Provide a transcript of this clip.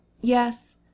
yes